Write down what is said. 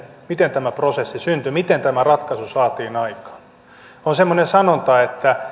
miten tämä prosessi syntyi miten tämä ratkaisu saatiin aikaan on semmoinen sanonta että